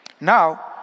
Now